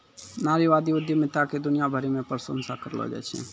नारीवादी उद्यमिता के दुनिया भरी मे प्रशंसा करलो जाय छै